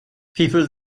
people